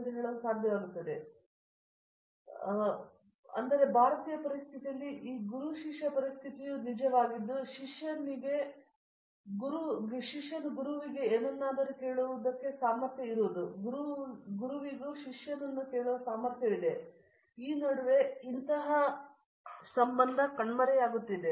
ವಿಶ್ವನಾಥನ್ ಅಂದರೆ ಭಾರತೀಯ ಪರಿಸ್ಥಿತಿಯಲ್ಲಿ ಈ ಗುರು ಶಿಷ್ಯ ಪರಿಸ್ಥಿತಿಯು ನಿಜವಾಗಿದ್ದು ಶಿಷ್ಯನಿಗೆ ಗುರುವಿಗೆ ಏನನ್ನಾದರೂ ಕೇಳುವುದಕ್ಕೆ ಸಾಮರ್ಥ್ಯವಿರುವದು ಗುರುವಿನಲ್ಲಿಯೂ ಶಿಷ್ಯನನ್ನು ಕೇಳುವ ಸಾಮರ್ಥ್ಯವಿದೆ ಈ ನಡುವೆ ಕಣ್ಮರೆಯಾಗುತ್ತದೆ